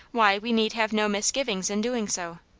why, we need have no misgivings in doing so.